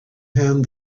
hand